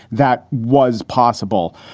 that was possible.